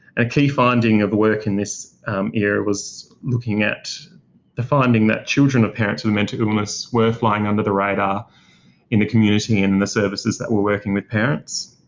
a key finding of the work in this era was looking at the finding that children of parents with a mental illness were flying under the radar in the community and in the services that were working with parents.